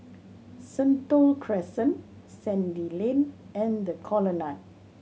Sentul Crescent Sandy Lane and The Colonnade